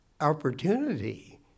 opportunity